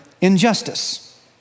injustice